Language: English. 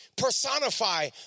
personify